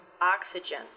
oxygen